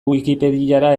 wikipediara